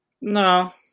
No